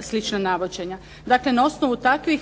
slična navođenja. Dakle, na osnovu takvih